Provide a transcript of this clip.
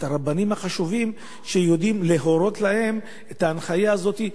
את הרבנים החשובים שיודעים להורות להם את ההנחיה הזאת: